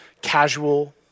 casual